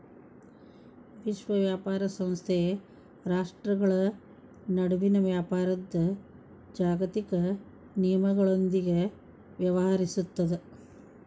ವಿಶ್ವ ವ್ಯಾಪಾರ ಸಂಸ್ಥೆ ರಾಷ್ಟ್ರ್ಗಳ ನಡುವಿನ ವ್ಯಾಪಾರದ್ ಜಾಗತಿಕ ನಿಯಮಗಳೊಂದಿಗ ವ್ಯವಹರಿಸುತ್ತದ